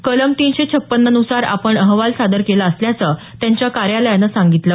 कलम तिनशे छपन्ननुसार आपण अहवाल सादर केला असल्याचं त्यांच्या कार्यालयानं सांगितलं